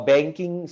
Banking